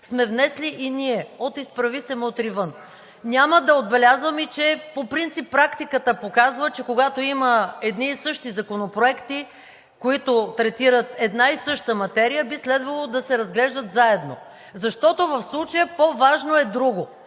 сме внесли и ние от „Изправи се! Мутри вън!“. Няма да отбелязвам и че по принцип практиката показва, че когато има едни и същи законопроекти, които третират една и съща материя, би следвало да се разглеждат заедно, защото в случая по-важно е друго